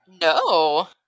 No